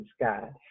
God